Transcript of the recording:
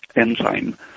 enzyme